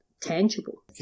tangible